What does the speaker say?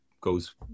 goes